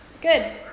Good